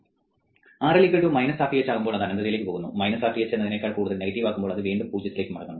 RL Rth ആകുമ്പോൾ അത് അനന്തതയിലേക്ക് പോകുന്നു Rth എന്നതിനേക്കാൾ കൂടുതൽ നെഗറ്റീവ് ആകുമ്പോൾ അത് വീണ്ടും 0 ലേക്ക് മടങ്ങുന്നു